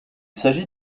s’agit